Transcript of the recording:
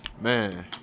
Man